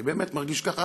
אני באמת מרגיש כך,